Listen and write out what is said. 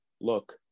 look